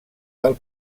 del